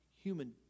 human